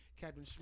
Captain